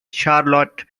charlotte